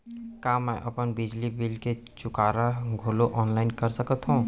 का मैं अपन बिजली बिल के चुकारा घलो ऑनलाइन करा सकथव?